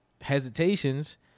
hesitations